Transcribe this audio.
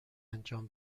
انجام